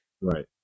Right